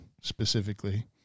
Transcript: specifically